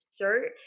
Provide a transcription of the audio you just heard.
shirt